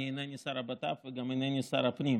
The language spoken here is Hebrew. אני אינני שר הבט"פ וגם אינני שר הפנים,